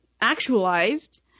actualized